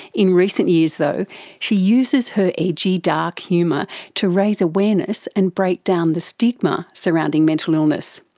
in recent years though she uses her edgy dark humour to raise awareness and break down the stigma surrounding mental illness.